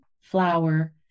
flower